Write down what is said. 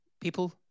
people